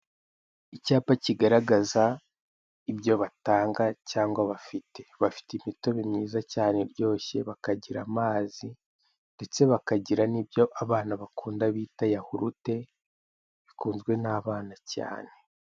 Icyapa kigaragaza ibyo batanga cyangwa bafite. Bafite imitobe myiza cyane iryoshye, bakagira amazi ndetse bakagira n' ibyo abana bakunda bita yahurute bikunzwe n' abana cyane.